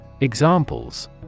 Examples